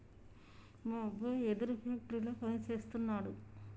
మా అబ్బాయి వెదురు ఫ్యాక్టరీలో పని సేస్తున్నాడు